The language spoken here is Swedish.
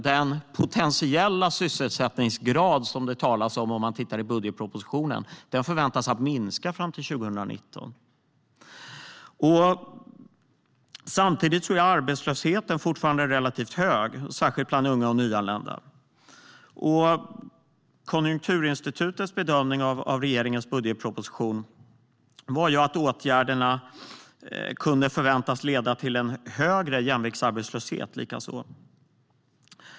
Den potentiella sysselsättningsgrad som det talas om, om man tittar i budgetpropositionen, förväntas minska fram till 2019. Samtidigt är arbetslösheten fortfarande relativt hög, särskilt bland unga och nyanlända. Konjunkturinstitutets bedömning av regeringens budgetproposition var att åtgärderna kunde förväntas leda till en högre jämviktsarbetslöshet.